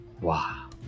Wow